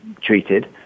treated